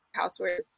housewares